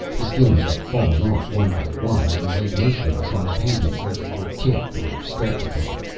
the skins had fallen off one by one and lay motionless on the pavement where they were kicked or stepped upon.